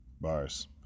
Bars